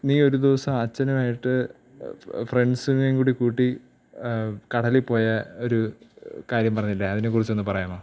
നീ ഒരു ദിവസം അച്ഛനുമായിട്ട് ഫ്രണ്ട്സിനേയും കൂടി കൂട്ടി കടലിൽ പോയ ഒരു കാര്യം പറഞ്ഞില്ലേ അതിനെക്കുറിച്ചൊന്ന് പറയാമോ